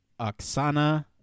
Oksana